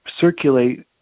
circulate